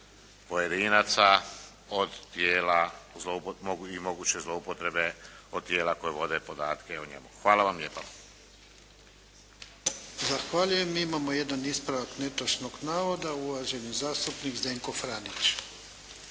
pojedinaca od tijela i moguće zloupotrebe od tijela koje vode podatke o njemu. Hvala vam lijepa. **Jarnjak, Ivan (HDZ)** Zahvaljujem. Imamo jedan ispravak netočnog navoda. Uvaženi zastupnik Zdenko Franić.